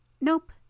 Nope